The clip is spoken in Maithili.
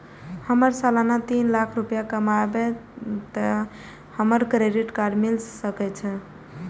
हमर सालाना तीन लाख रुपए कमाबे ते हमरा क्रेडिट कार्ड मिल सके छे?